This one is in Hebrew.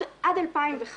עד 2005,